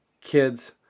kids